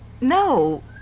No